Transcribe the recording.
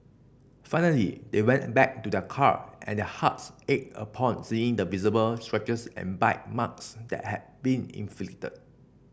finally they went a back to their car and their hearts ached upon seeing the visible scratches and bite marks that had been inflicted